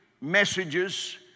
messages